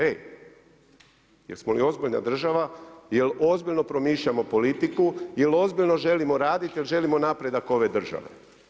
Hej, jesmo li ozbiljna država, jel' ozbiljno promišljamo politiku, jel' ozbiljno želimo raditi, jel' želimo napredak ove države?